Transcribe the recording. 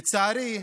לצערי,